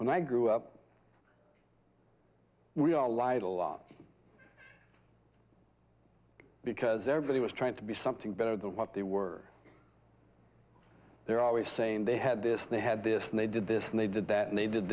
when i grew up we all lived a lot because everybody was trying to be something better than what they were they're always saying they had this they had this and they did this and they did that and they did